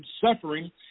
suffering